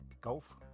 Golf